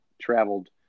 traveled